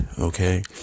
Okay